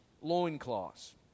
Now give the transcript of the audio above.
loincloths